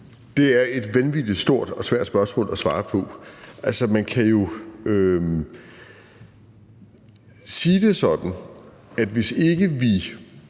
Det er et vanvittig stort og svært spørgsmål at svare på. Altså, man kan jo sige det sådan, at hvis ikke vi